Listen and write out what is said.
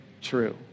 true